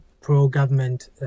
pro-government